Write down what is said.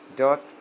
dot